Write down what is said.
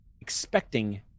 expecting